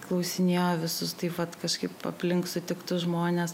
klausinėjo visus taip vat kažkaip aplink sutiktus žmones